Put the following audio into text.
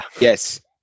Yes